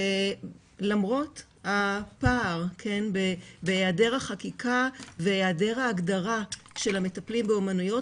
ולמרות הפער בהיעדר החקיקה והיעדר ההגדרה של המטפלים באומנויות,